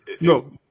No